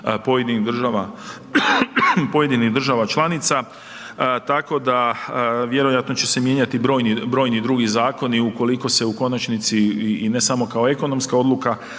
pojedinih država članica, tako da vjerojatno će se mijenjati brojni, brojni drugi zakoni ukoliko se u konačnici i ne samo kao ekonomska odluka